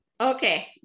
Okay